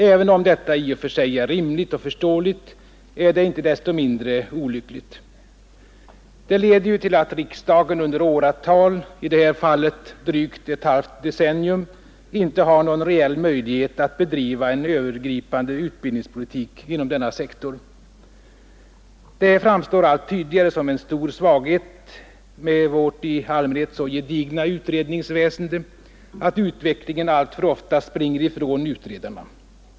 Även om detta i och för sig är rimligt och förståeligt är det inte desto mindre olyckligt. Det leder ju till att riksdagen under åratal — i det här fallet drygt ett halvt decennium — inte har någon reell möjlighet att bedriva en övergripande utbildningspolitik inom denna sektor. Det framstår allt tydligare som en stor svaghet med vårt i allmänhet så gedigna utredningsväsende, att utvecklingen alltför ofta springer ifrån utredarna.